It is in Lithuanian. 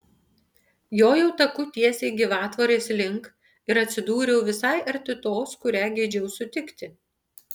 jojau taku tiesiai gyvatvorės link ir atsidūriau visai arti tos kurią geidžiau sutikti